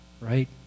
right